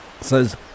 Says